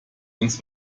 uns